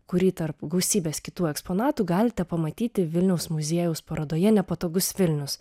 kurį tarp gausybės kitų eksponatų galite pamatyti vilniaus muziejaus parodoje nepatogus vilnius